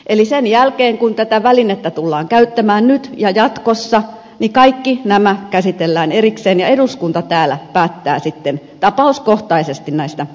eli sen jälkeen kun tätä välinettä tullaan käyttämään nyt ja jatkossa niin kaikki nämä käsitellään erikseen ja eduskunta täällä päättää sitten tapauskohtaisesti näistä asioista